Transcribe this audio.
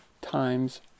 times